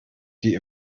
die